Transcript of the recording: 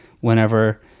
whenever